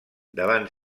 davant